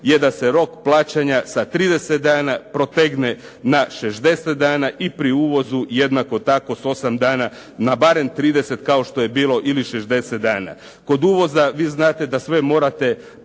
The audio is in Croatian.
je da se rok plaćanja sa 30 dana protegne na 60 dana i pri uvozu jednako tako s 8 dana na barem 30 kao što je bilo ili 60 dana. Kod uvoza vi znate da sve morate